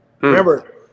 Remember